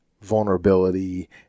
vulnerability